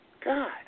God